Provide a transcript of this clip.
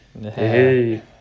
Hey